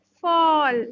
fall